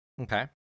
Okay